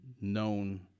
known